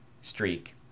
streak